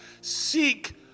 Seek